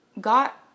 got